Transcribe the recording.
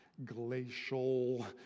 glacial